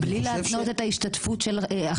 אני חושב ש --- בלי להתנות את ההשתתפות של החברה